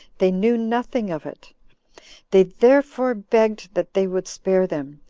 they knew nothing of it they therefore begged that they would spare them,